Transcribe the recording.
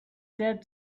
dead